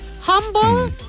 Humble